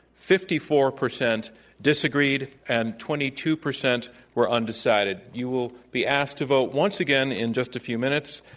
fifty four percent disagreed, and twenty two percent were undecided. you will be asked to vote once again in just a few minutes,